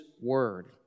Word